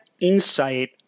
insight